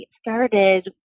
started